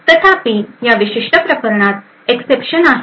तथापि या विशिष्ट प्रकरणात एक्सएप्शन आहेत